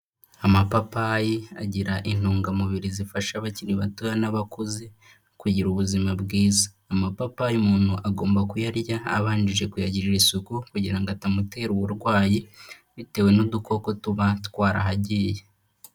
Amapapayi agira intungamubiri zifasha abakiri batoya n'abakozi kugira ubuzima bwiza, amapapa umuntu agomba kuyarya abanje kuyagirira isuku kugira ngo atamutera uburwayi bitewe n'udukoko tuba twarahagiye.